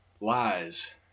lies